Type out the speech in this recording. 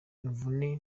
imvune